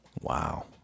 Wow